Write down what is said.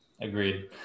agreed